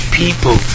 people